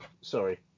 sorry